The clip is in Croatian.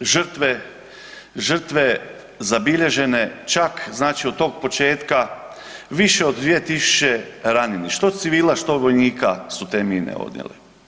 žrtve, žrtve zabilježene čak znači od tog početka više od 2000 ranjenih što civila, što vojnika su te mine odnijele.